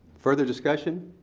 further discussion.